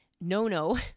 no-no